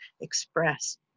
express